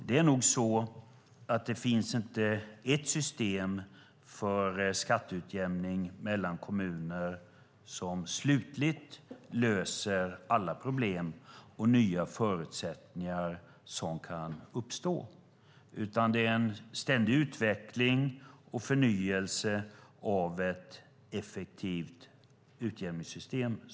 Det finns nog inte ett system för skatteutjämning mellan kommuner som slutligt löser alla problem och hanterar de nya förutsättningar som kan uppstå. Det måste ske en ständig utveckling och förnyelse av ett effektivt utjämningssystem.